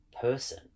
person